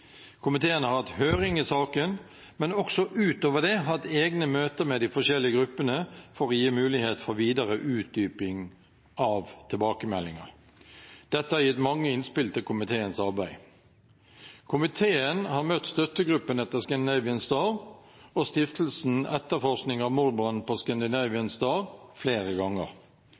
Komiteen har hatt høring i saken, men også utover det hatt egne møter med de forskjellige gruppene for å gi mulighet for videre utdyping av tilbakemeldinger. Dette har gitt mange innspill til komiteens arbeid. Komiteen har møtt Støttegruppen for etterlatte og overlevende etter mordbrannen på «Scandinavian Star» og Stiftelsen etterforskning av mordbrannen «Scandinavian Star» flere ganger.